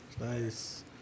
Nice